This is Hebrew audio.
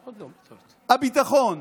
הביטחון.